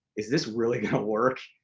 is this really gonna work?